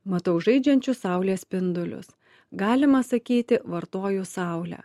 matau žaidžiančius saulės spindulius galima sakyti vartoju saulę